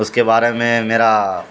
اس کے بارے میں میرا